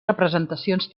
representacions